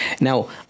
Now